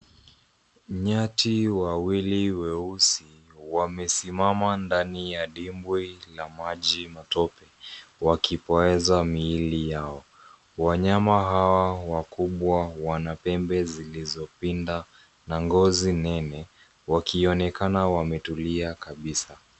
Nyati wawili weusi wamesimama ndani ya dimbwi la maji matope wakipoeza miili yao. Wanyama hawa wakubwa wana pembe zilizopinda na ngozi nene wakionekana wametulia kabisa.